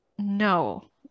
No